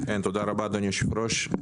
תודה רבה, אדוני היושב-ראש,